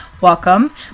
welcome